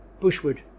bushwood